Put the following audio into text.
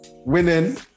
Winning